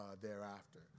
thereafter